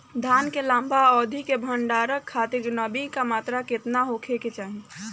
धान के लंबा अवधि क भंडारण खातिर नमी क मात्रा केतना होके के चाही?